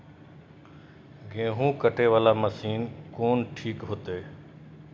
गेहूं कटे वाला मशीन कोन ठीक होते?